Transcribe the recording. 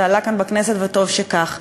זה עלה כאן בכנסת וטוב שכך.